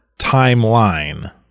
timeline